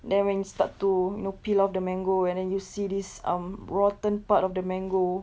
then when you start to you know peel off the mango and then you see this um rotten part of the mango